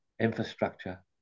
infrastructure